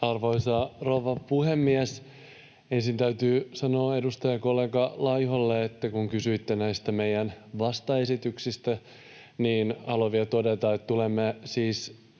Arvoisa rouva puhemies! Ensin täytyy sanoa edustajakollega Laiholle, että kun kysyitte näistä meidän vastaesityksistämme, niin haluan vielä todeta, että tulemme siis